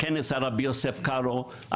על רבי יוסף קארו,